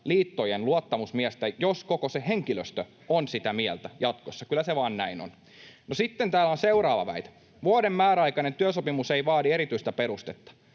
liittojen luottamusmiestä, jos koko henkilöstö on sitä mieltä jatkossa. Kyllä se vaan näin on. No, sitten täällä on seuraava väite: ”Vuoden määräaikainen työsopimus ei vaadi erityistä perustetta.”